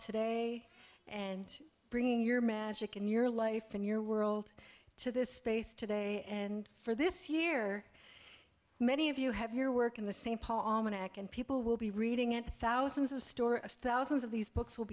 today and bringing your magic in your life in your world to this space today and for this year many of you have your work in the st paul mn ak and people will be reading it thousands of stories thousands of these books will